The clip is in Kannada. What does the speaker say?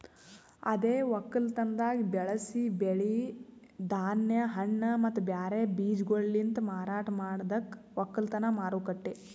ಅದೇ ಒಕ್ಕಲತನದಾಗ್ ಬೆಳಸಿ ಬೆಳಿ, ಧಾನ್ಯ, ಹಣ್ಣ ಮತ್ತ ಬ್ಯಾರೆ ಬೀಜಗೊಳಲಿಂತ್ ಮಾರಾಟ ಮಾಡದಕ್ ಒಕ್ಕಲತನ ಮಾರುಕಟ್ಟೆ